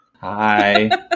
hi